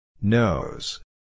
Nose